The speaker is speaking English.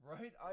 Right